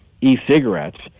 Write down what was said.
e-cigarettes